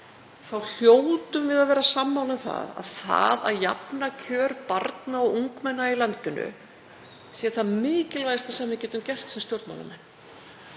þá hljótum við að vera sammála um að það að jafna kjör barna og ungmenna í landinu sé það mikilvægasta sem við getum gert sem stjórnmálamenn,